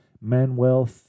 Manuel